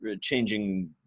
changing